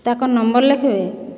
ତାଙ୍କର୍ ନମ୍ବର୍ ଲେଖ୍ବେ